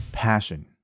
passion